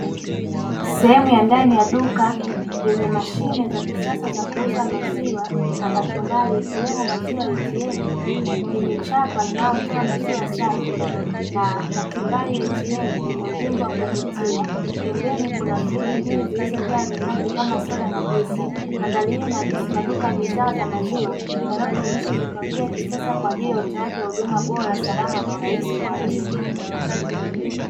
Sehemi ya ndani ya duka yenye mashine za kisasa za kuuza maziwa na kachumbari, ikiwemo maziwa ya "ATM" yenye chapa inayotoa maziwa safi na kachumbari ya "ATM" yenye ujumbe wa kuvutia. Pembeni kuna friji mbili zilizojaa vinywaji kama soda na juisi. Mandhari hii inaakisi maduka ya bidhaa za maziwa yanayojumuisha teknolojia ya kisasa kwa ajili ya utoaji wa huduma bora, salama na urahisi kwa wateja.